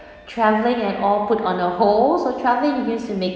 travelling and all put on a hold so travelling used to make